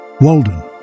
Walden